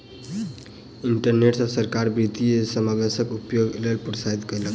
internet सॅ सरकार वित्तीय समावेशक उपयोगक लेल प्रोत्साहित कयलक